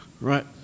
Right